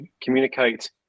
communicate